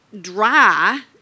dry